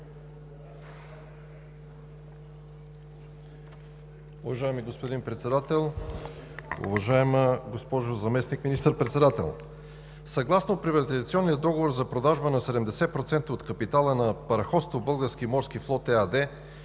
Уважаеми господин Председател, уважаема госпожо Заместник министър-председател! Съгласно приватизационния договор за продажбата на 70% от капитала на Параходство „Български морски флот“ ЕАД,